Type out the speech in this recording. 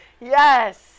Yes